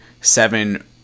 seven